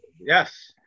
Yes